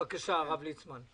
בבקשה, הרב ליצמן.